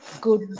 good